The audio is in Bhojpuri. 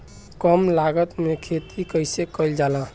कम लागत में खेती कइसे कइल जाला?